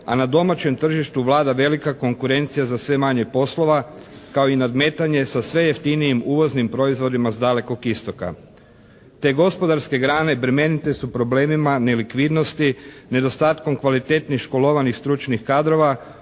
a na domaćem tržištu vlada velika konkurencija za sve manje poslova, kao i nadmetanje sa sve jeftinijim uvoznim proizvodima sa Dalekog istoka. Te gospodarske grane … /Govornik se ne razumije./ … problemima nelikvidnosti, nedostatkom kvalitetnih školovanih stručnih kadrova,